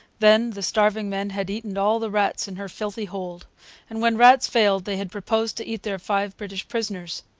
then the starving men had eaten all the rats in her filthy hold and when rats failed they had proposed to eat their five british prisoners.